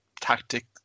tactic